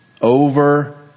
over